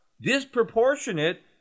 disproportionate